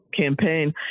campaign